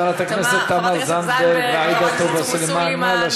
חברת הכנסת תמר זנדברג ועאידה תומא סלימאן,